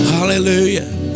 Hallelujah